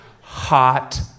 hot